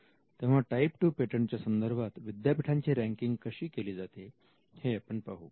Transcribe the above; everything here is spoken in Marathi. तेव्हा टाईप 2 पेटंटच्या संदर्भात विद्यापीठांची रँकिंग कशी केली जाते हे आपण पाहू